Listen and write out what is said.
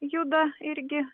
juda irgi